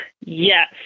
yes